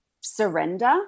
surrender